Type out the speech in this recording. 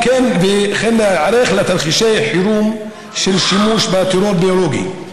וכן להיערך לתרחישי חירום של שימוש בטרור ביולוגי.